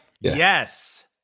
Yes